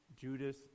Judas